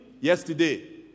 yesterday